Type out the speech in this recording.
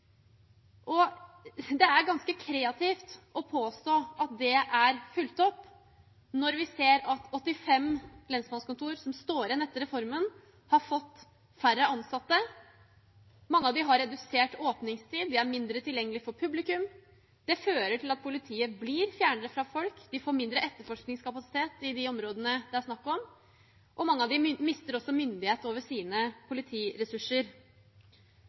vedtatt. Det er ganske kreativt å påstå at det er fulgt opp når vi ser at 85 lensmannskontor som står igjen etter reformen, har fått færre ansatte. Mange av dem har redusert åpningstid, de er mindre tilgjengelige for publikum. Det fører til at politiet blir fjernere fra folk, at de får mindre etterforskningskapasitet i de områdene det er snakk om, og at mange av dem også mister myndighet over sine politiressurser.